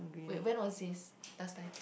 wait when was this last time